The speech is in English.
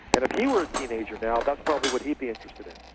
and if he were a teenager now, that's probably what he'd be interested in.